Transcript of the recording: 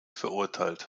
verurteilt